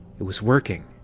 it was working!